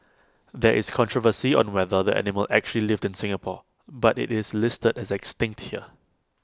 there is controversy on whether the animal actually lived in Singapore but IT is listed as extinct here